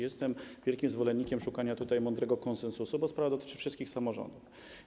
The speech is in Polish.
Jestem wielkim zwolennikiem szukania tutaj mądrego konsensusu, bo sprawa dotyczy wszystkich samorządów.